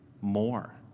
more